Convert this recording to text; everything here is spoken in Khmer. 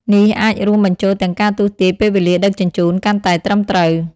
នេះអាចរួមបញ្ចូលទាំងការទស្សន៍ទាយពេលវេលាដឹកជញ្ជូន កាន់តែត្រឹមត្រូវ។